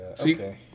Okay